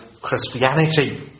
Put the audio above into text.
Christianity